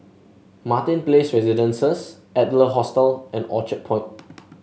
Martin Place Residences Adler Hostel and Orchard Point